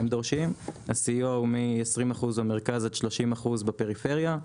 הסיוע הוא מ-20% במרכז ועד 30% בפריפריה,